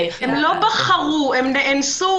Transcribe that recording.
אנחנו רואים